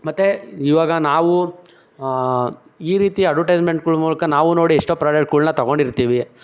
ಮತ್ತು ಇವಾಗ ನಾವು ಈ ರೀತಿ ಅಡ್ವರ್ಟೈಸ್ಮೆಂಟ್ಗಳ ಮೂಲಕ ನಾವು ನೋಡಿ ಎಷ್ಟೋ ಪ್ರಾಡಕ್ಟ್ಗಳನ್ನ ತಗೊಂಡಿರ್ತೀವಿ